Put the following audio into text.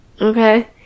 Okay